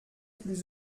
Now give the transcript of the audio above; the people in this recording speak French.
plus